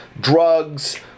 drugs